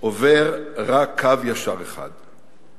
עובר רק קו ישר אחד".